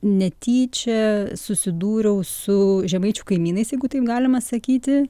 netyčia susidūriau su žemaičių kaimynais jeigu taip galima sakyti